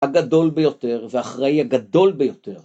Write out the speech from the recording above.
הגדול ביותר ואחראי הגדול ביותר.